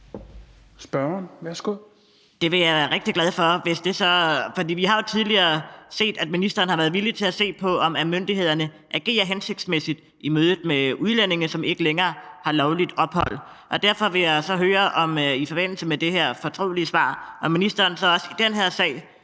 Det vil jeg være rigtig glad for, for vi har jo tidligere set, at ministeren har været villig til at se på, om myndighederne agerer hensigtsmæssigt i mødet med udlændinge, som ikke længere har lovligt ophold. Derfor vil jeg så høre, om ministeren i forbindelse med det her fortrolige svar også i den her sag